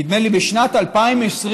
נדמה לי בשנת 2020,